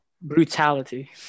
brutality